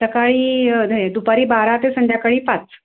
सकाळी हे दुपारी बारा ते संध्याकाळी पाच